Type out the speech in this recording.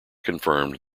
confirmed